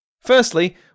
Firstly